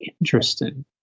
Interesting